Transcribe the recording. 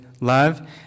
love